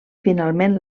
finalment